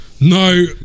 No